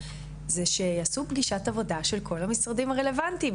זה שיעשו פגישת עבודה של כל המשרדים הרלוונטיים,